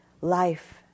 life